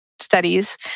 studies